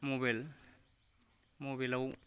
mobile मबाइलाव